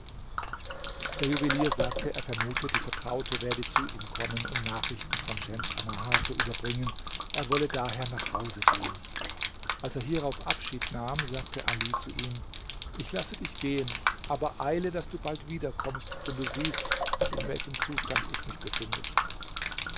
der juwelier sagte er vermute die vertraute werde zu ihm kommen um nachrichten von schems annahar zu überbringen er wolle daher nach hause gehen als er hierauf abschied nahm sagte ali zu ihm ich lasse dich gehen aber eile daß du bald wieder kommst denn du siehst in welchem zustande ich mich befinde